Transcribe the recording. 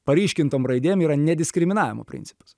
paryškintom raidėm yra nediskriminavimo principas